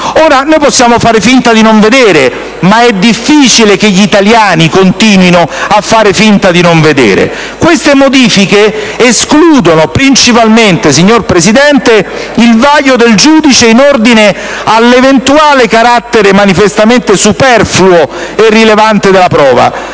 Ora, noi possiamo far finta di non vedere, ma è difficile che gli italiani continuino a fare lo stesso. Queste modifiche escludono principalmente, signora Presidente, il vaglio del giudice in ordine all'eventuale carattere manifestamente superfluo e rilevante della prova.